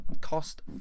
cost